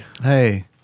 hey